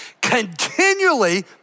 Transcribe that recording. continually